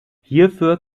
hierfür